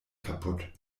kaputt